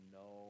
no